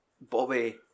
Bobby